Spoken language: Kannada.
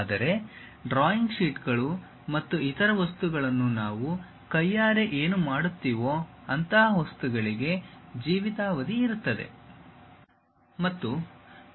ಆದರೆ ಡ್ರಾಯಿಂಗ್ ಶೀಟ್ಗಳು ಮತ್ತು ಇತರ ವಸ್ತುಗಳನ್ನು ನಾವು ಕೈಯಾರೆ ಏನು ಮಾಡುತ್ತೀವೋ ಅಂತಹ ವಸ್ತುಗಳಿಗೆ ಜೀವಿತಾವಧಿ ಇರುತ್ತದೆ